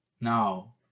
Now